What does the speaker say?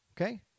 okay